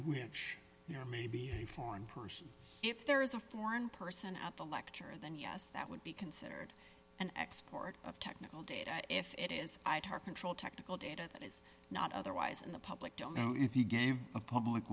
which you know maybe a foreign person if there is a foreign person at the lecture then yes that would be considered an export of technical data if it is i took control technical data that is not otherwise in the public don't know if you gave a public